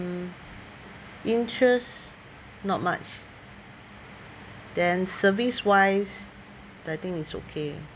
mm interest not much then service wise I think is okay